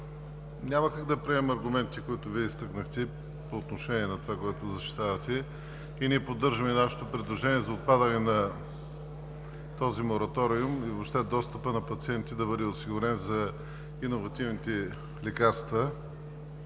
няма как да приема аргументите, които изтъкнахте по отношение на това, което защитавате. Ние поддържаме нашето предложение за отпадане на този мораториум и въобще достъпът на пациенти да бъде осигурен за иновативните лекарства.